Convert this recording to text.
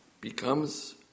becomes